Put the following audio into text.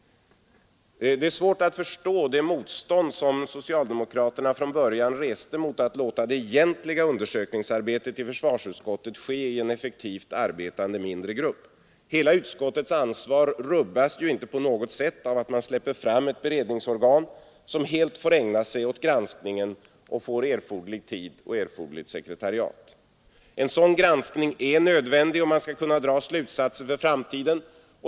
Det är svårt att förstå det motstånd som socialdemokraterna från början reste mot att låta det egentliga undersökningsarbetet i försvarsutskottet ske i en effektivt arbetande mindre grupp. Hela utskottets ansvar rubbas inte på något sätt av att man släpper fram ett beredningsorgan som helt får ägna sig åt granskningen och får erforderligt sekretariat. En sådan granskning är nödvändig om man skall kunna dra slutsatser för framtiden.